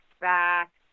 back